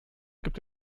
gibt